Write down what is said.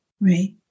Right